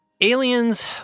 Aliens